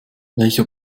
welcher